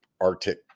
Arctic